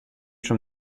from